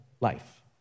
life